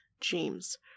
James